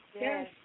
Yes